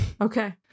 okay